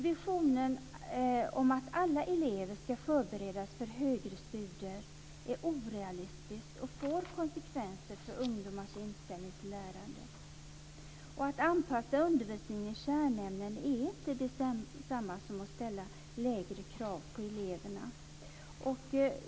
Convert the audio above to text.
Visionen om att alla elever ska förberedas för högre studier är orealistisk och får konsekvenser för ungdomars inställning till lärandet. Att anpassa undervisningen i kärnämnen är inte detsamma som att ställa lägre krav på eleverna.